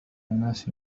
الناس